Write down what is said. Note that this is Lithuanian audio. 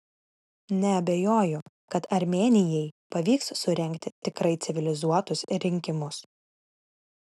neabejoju kad armėnijai pavyks surengti tikrai civilizuotus rinkimus